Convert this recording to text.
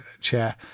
chair